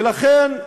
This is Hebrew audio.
ולכן,